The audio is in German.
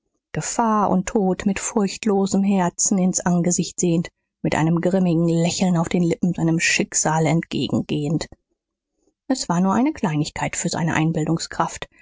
gefahr und tod mit furchtlosem herzen ins angesicht sehend mit einem grimmigen lächeln auf den lippen seinem schicksal entgegengehend es war nur eine kleinigkeit für seine